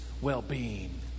well-being